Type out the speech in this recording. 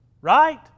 Right